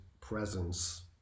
presence